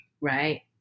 right